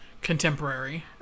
contemporary